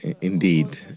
indeed